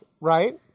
right